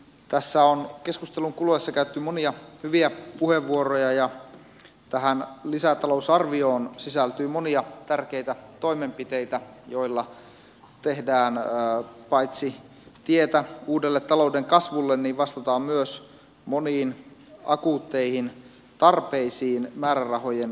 tässä on keskustelun kuluessa käytetty monia hyviä puheenvuoroja ja tähän lisätalousarvioon sisältyy monia tärkeitä toimenpiteitä joilla paitsi tehdään tietä uudelle talouden kasvulle myös vastataan moniin akuutteihin tarpeisiin määrärahojen suhteen